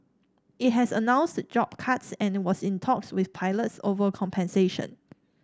it has announced job cuts and was in talks with pilots over compensation